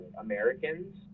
Americans